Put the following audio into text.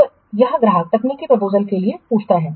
तो यहाँ ग्राहक तकनीकी प्रपोजलस के लिए पूछता है